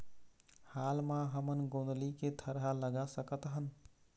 हाल मा हमन गोंदली के थरहा लगा सकतहन?